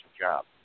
job